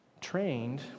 Trained